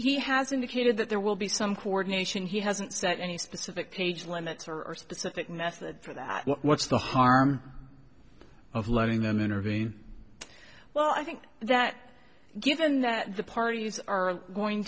he has indicated that there will be some coordination he hasn't said any specific page limits or specific method for that what's the harm of letting them intervene well i think that given that the parties are going